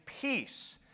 peace